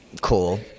cool